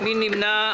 מי נמנע?